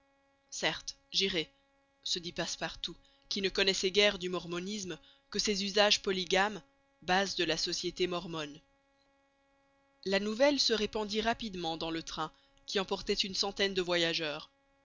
certes j'irai se dit passepartout qui ne connaissait guère du mormonisme que ses usages polygames base de la société mormone la nouvelle se répandit rapidement dans le train qui emportait une centaine de voyageurs